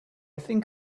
think